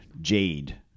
Jade